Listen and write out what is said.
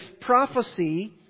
prophecy